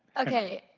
okay.